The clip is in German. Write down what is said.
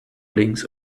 links